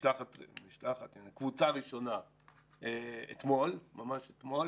קבוצה ראשונה ממש אתמול.